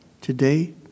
today